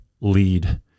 Lead